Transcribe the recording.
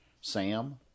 Sam